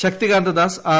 Shaktikanta Das R